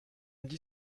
mêmes